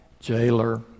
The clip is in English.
jailer